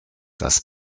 das